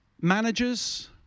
managers